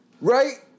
Right